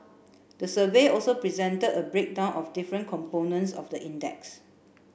the survey also presented a breakdown of different components of the index